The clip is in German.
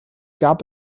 gab